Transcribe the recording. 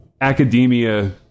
academia-